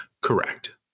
Correct